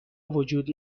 وجود